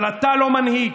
אבל אתה לא מנהיג,